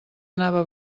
anava